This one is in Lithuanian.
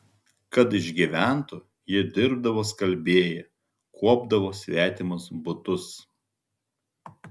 kad išgyventų ji dirbdavo skalbėja kuopdavo svetimus butus